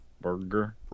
burger